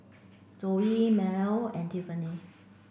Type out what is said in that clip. Zoe Merl and Tiffany